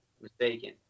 mistaken